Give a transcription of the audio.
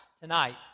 tonight